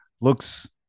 looks